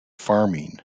farming